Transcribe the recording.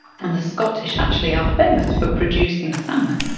and the scottish actually are famous for producing salmon.